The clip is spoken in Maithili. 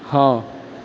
हँ